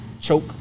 choke